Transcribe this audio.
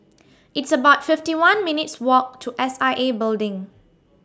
It's about fifty one minutes' Walk to S I A Building